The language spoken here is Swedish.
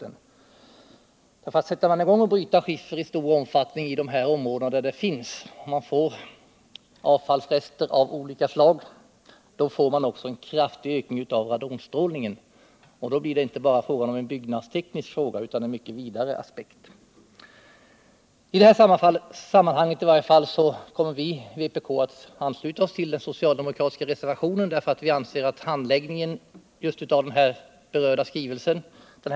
Sätter man i 135 gång att bryta skiffer i stor omfattning i de områden där den finns och får avfallsrester av olika slag, får man också en kraftig ökning av radonstrålning. Då blir det inte bara en byggnadsteknisk fråga utan den får en vidare aspekt. I detta sammanhang kommer vi i vpk att ansluta oss till den socialdemokratiska reservationen, därför att vi anser att handläggningen av den berörda skrivelsen var felaktig.